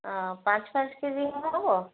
ପାଞ୍ଚ ପାଞ୍ଚ କେଜି ହେବ